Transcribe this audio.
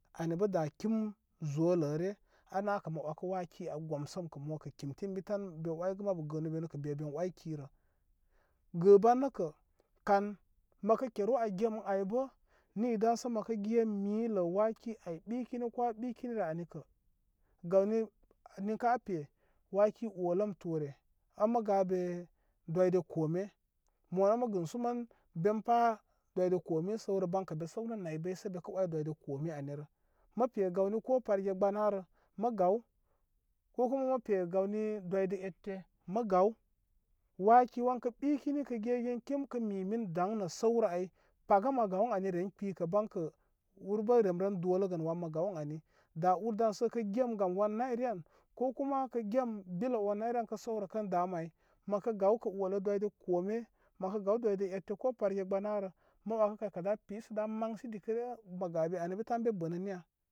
Ani bə daa kim zo ləə re. Ana' kə mə wakə waaki aa gomsəm kə' mo kə' kimti ən bi tan be wai gə mabu gəə nuu' benu kə' be ben wai ki rə. Gɨban nə kə' kan mə kə keru aa gem ə ai bə nii dan sə mə kə gyə milə waaki ai ɓikini ko aa ɓikini rə, ani kə gawni niŋkə' aa pe waaki etəm toore ən mə gabe dwide kome, mo nə' mə gɨnsu mən ben pa dwide kome i səw rə ban kə' be səwnə naybay sə ba kə' wai dwide koma ani rə. Mə pe gawni ko dwide gbaanarə mə gaw. Ko kumo mə pe gawwni dwide ete ma gaw. Waaki wan kə ɓikini kə gegen kim kə mimin daŋ nə səw rə ai, paga mə gaw ən ani ren kpikə' ban kə' ur bə' remren doləgə nə wan mə gaw ən ani. Da ur dan sə' kə' gem gam wan nayryə an, ko kuma kə gem bile wan nayryə an kə' səwrə kə dam ai. mə gaw katrurn olə dwide kome. mə kə gaw dwide ete ko parge gbaa narə, mə wakə kay kə daa tɨy sə daa maŋ si dikə ryə, mə gabe tan anin be bə nə niya.